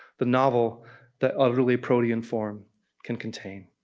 the novel that utterly protean form can contain.